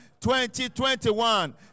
2021